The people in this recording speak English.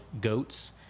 goats